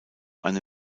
eine